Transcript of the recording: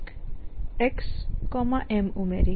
xM ઉમેરી